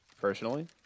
Personally